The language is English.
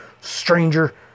stranger